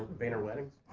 vayner weddings?